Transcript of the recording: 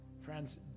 Friends